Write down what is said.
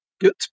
Good